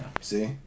See